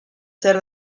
ser